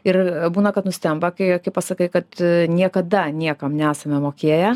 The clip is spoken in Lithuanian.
ir būna kad nustemba kai kai pasakai kad niekada niekam nesame mokėję